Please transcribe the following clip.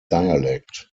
dialect